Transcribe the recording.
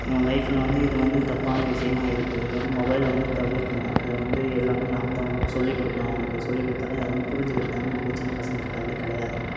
இவன் லைஃப்பில் வந்து இது வந்து தப்பான விஷயமா இருக்குது இது வந்து மொபைலை வந்து தவிர்க்கணும் இதை வந்து எல்லாமே நாம் தான் வந்து சொல்லி கொடுக்கணும் அவங்களுக்கு சொல்லி கொடுத்தாலே அதை வந்து புரிஞ்சுக்கிற தன்மை வந்து சின்ன பசங்கள்கிட்ட வந்து கிடையாது